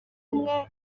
umwe